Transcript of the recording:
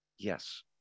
Yes